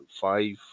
five